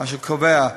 אשר קובע,